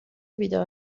بیدار